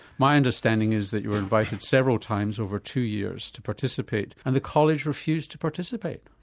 my understanding is that you were invited several times over two years to participate and the college refused to participate.